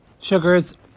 Sugars